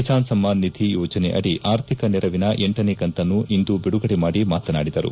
ಕಿಸಾನ್ ಸಮ್ಮಾನ್ ನಿಧಿ ಯೋಜನೆಯಡಿ ಆರ್ಥಿಕ ನೆರವಿನ ಲನೇ ಕಂತನ್ನು ಇಂದು ಬಿದುಗಡೆ ಮಾದಿ ಮಾತನಾಡಿದರು